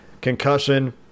concussion